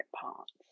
parts